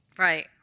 Right